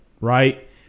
right